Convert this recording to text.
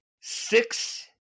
Six